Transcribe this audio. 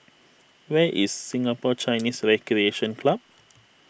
where is Singapore Chinese Recreation Club